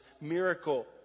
miracle